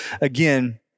again